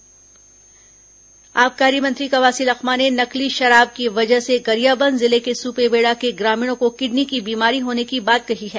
सुपेबेड़ा मंत्री बयान आबकारी मंत्री कवासी लखमा ने नकली शराब की वजह से गरियाबंद जिले के सुपेबेड़ा के ग्रामीणों को किडनी की बीमारी होने की बात कही है